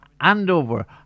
Andover